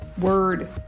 word